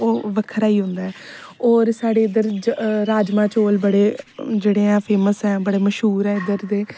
ओह् बक्खरा ही होंदा ऐ और साढ़े रांजमा चौल बडे़ जेहडे़ ऐ फेमस ऐ बडे़ मश्हूर ऐ इद्धर दे